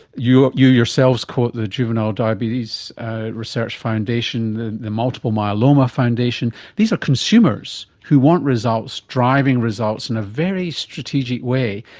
you you yourselves quote the juvenile diabetes research foundation, the multiple myeloma foundation. these are consumers who want results, driving results in a very strategic way.